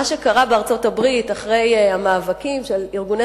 מה שקרה בארצות-הברית אחרי המאבקים של ארגוני